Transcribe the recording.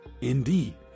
Indeed